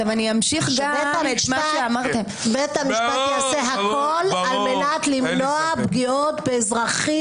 בית המשפט יעשה הכול על מנת למנוע פגיעות באזרחים.